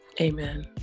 Amen